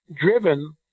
driven